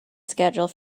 schedule